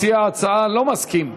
מציע ההצעה לא מסכים.